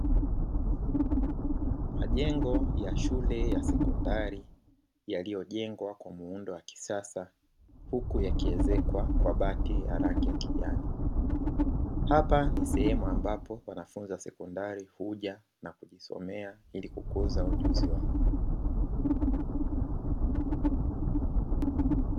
Majengo ya shule ya sekondari yaliyojengwa kwa muundo wa kisasa huku yakiezekwa kwa bati ya rangi ya kijani. Hapa ni sehemu ambapo wanafunzi wa sekondari huja na kujisomea ili kukuza ujuzi wao.